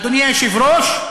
אדוני היושב-ראש,